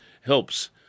helps